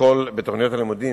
בתוכניות הלימודים,